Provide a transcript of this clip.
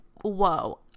Whoa